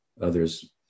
others